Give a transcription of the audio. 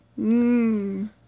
Mmm